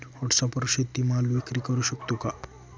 व्हॉटसॲपवर शेती माल विक्री करु शकतो का?